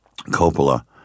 Coppola